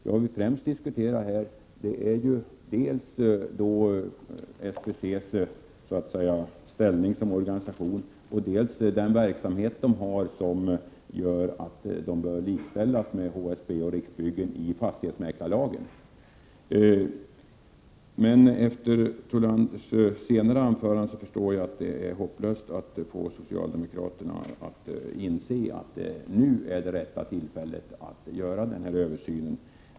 Vad vi främst diskuterar här är ju dels SBC:s ställning som organisation, dels den verksamhet som SBC bedriver och som innebär att organisationen bör likställas med HSB och Riksbyggen i fastighetsmäklarlagen. Men efter Gunnar Thollanders senaste inlägg förstår jag att det är hopplöst att få socialdemokraterna att inse att det nu är rätt tillfälle att göra denna översyn.